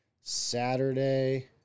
Saturday